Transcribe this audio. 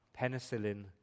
penicillin